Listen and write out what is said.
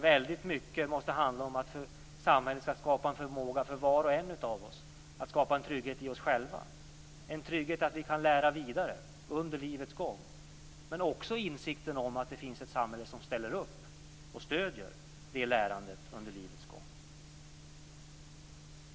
Väldigt mycket måste handla om att samhället skall skapa en förmåga för var och en av oss att skapa en trygghet i oss själva - en trygghet vad beträffar att lära vidare under livets gång, men också insikten om att det finns ett samhälle som ställer upp och stödjer det lärandet under livets gång.